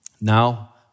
Now